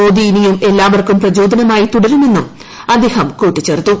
മോദി ഇനിയൂക്ക് എ്ല്ലാവർക്കും പ്രചോദനമായി തുടരുമെന്നും അദ്ദേഹം കൂട്ടിച്ചേർത്തു